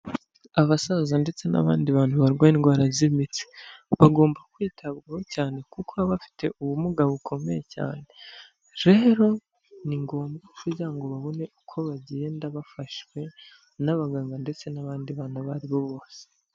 Abasaza ndetse n'abandi bantu barwaye indwara z'imimitsi bagomba kwitabwaho cyane kuko baba bafite ubumuga bukomeye cyane. Rero ni ngombwa kugira ngo babone uko bagenda bafashwe n'abaganga ndetse n'abandi bantu abo aribo bose.